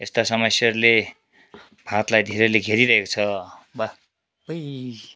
यस्ता समस्याहरूले भारतलाई धेरैले घेरिरहेको छ वा हुई